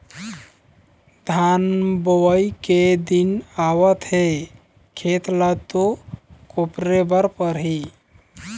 धान बोवई के दिन आवत हे खेत ल तो कोपरे बर परही